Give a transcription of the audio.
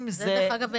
אם זה --- דרך אגב,